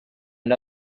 and